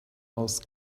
aus